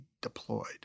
deployed